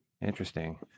Interesting